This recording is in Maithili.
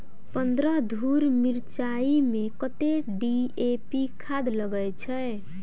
पन्द्रह धूर मिर्चाई मे कत्ते डी.ए.पी खाद लगय छै?